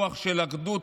רוח של אחדות,